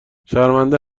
شرمنده